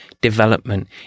development